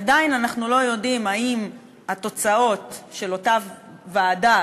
עדיין אנחנו לא יודעים אם התוצאות של אותה ועדה